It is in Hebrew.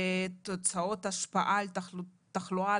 תוצאות השפעה על תחלואה,